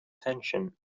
tension